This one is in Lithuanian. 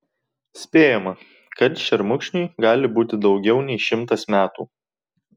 spėjama kad šermukšniui gali būti daugiau nei šimtas metų